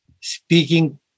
speaking